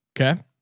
Okay